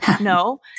No